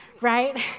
right